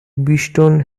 beeston